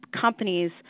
companies